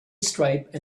stripe